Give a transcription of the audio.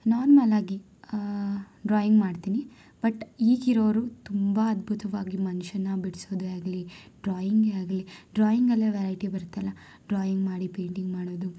ನಾರ್ಮಲಾಗಿ ಡ್ರಾಯಿಂಗ್ ಮಾಡ್ತೀನಿ ಬಟ್ ಈಗಿರೋರು ತುಂಬ ಅದ್ಭುತವಾಗಿ ಮನುಷ್ಯನ್ನ ಬಿಡಿಸೋದೇ ಆಗಲಿ ಡ್ರಾಯಿಂಗೇ ಆಗಲಿ ಡ್ರಾಯಿಂಗಲ್ಲೇ ವೆರೈಟಿ ಬರುತ್ತಲ್ಲ ಡ್ರಾಯಿಂಗ್ ಮಾಡಿ ಪೈಂಟಿಂಗ್ ಮಾಡೋದು